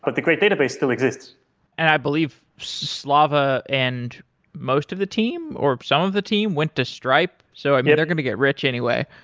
but the great database still exist and i believe slava and most of the team, or some of the team went to stripe. so um yeah they're going to get rich anyway